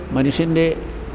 മനുഷ്യന്റെ